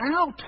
out